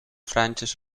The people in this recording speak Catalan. franges